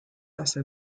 also